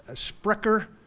ah sprecher.